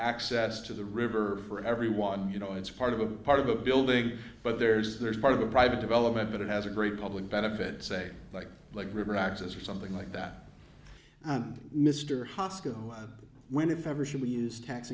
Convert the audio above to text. access to the river for everyone you know it's part of a part of a building but there's there's part of a private development but it has a great public benefit say like like river access or something like that and mr hoskins when if ever should we use tax